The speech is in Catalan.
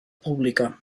pública